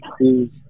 see